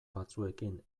batzuekin